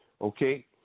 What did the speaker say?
Okay